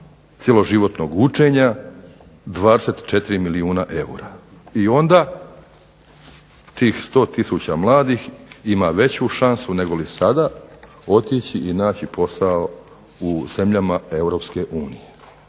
cjeloživotnog učenja 24 milijuna eura. I onda tih 100 tisuća mladih ima veću šansu negoli sada otići i naći posao u zemljama EU.